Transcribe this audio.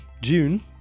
June